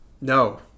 No